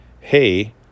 hey